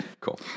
cool